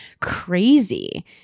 crazy